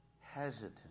hesitant